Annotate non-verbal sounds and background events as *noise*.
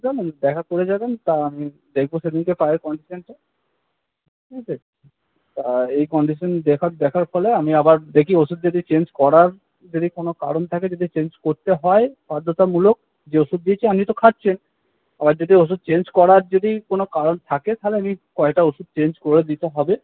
*unintelligible* দেখা করে যাবেন তা আমি দেখব সেদিনকে পায়ের কন্ডিশনটা ঠিক আছে তা এই কন্ডিশন দেখার দেখার ফলে আমি আবার দেখি যদি ওষুধ চেঞ্জ করার যদি কোনো কারণ থাকে যদি চেঞ্জ করতে হয় বাধ্যতামূলক যে ওষুধ দিয়েছি আপনি তো খাচ্ছেন আবার যদি ওষুধ চেঞ্জ করার যদি কোনো কারণ থাকে তাহলে আমি কয়েকটা ওষুধ চেঞ্জ করে দিতে হবে